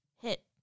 Hit